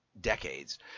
decades